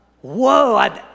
Whoa